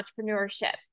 entrepreneurship